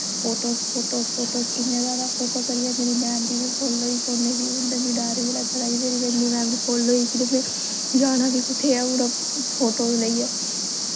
photos photos photos इन्ने ज्यादा photo करियै मेरी मैमरी बी फुल्ल होई फोने दी हून ते मिगी डर बी लग्गा दा कि मेरी इन्नी मैमरी फुल्ल होई दी में जाना बी कुत्थें ऐ हून फोटो गी लेइयै